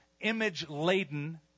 image-laden